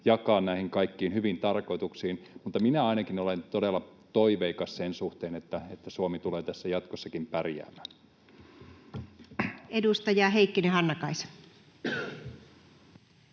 jakaa näihin kaikkiin hyviin tarkoituksiin. Minä ainakin olen todella toiveikas sen suhteen, että Suomi tulee tässä jatkossakin pärjäämään. [Speech 32] Speaker: